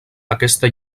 aquesta